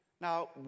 Now